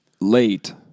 late